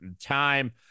time